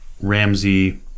Ramsey